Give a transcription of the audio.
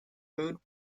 food